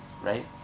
right